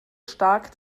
stark